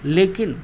لیکن